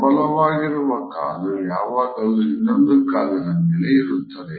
ಪ್ರಬಲವಾಗಿರುವ ಕಾಲು ಯಾವಾಗಲೂ ಇನ್ನೊಂದು ಕಾಲಿನ ಮೇಲೆ ಇರುತ್ತದೆ